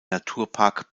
naturpark